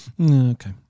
Okay